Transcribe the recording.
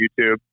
YouTube